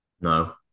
No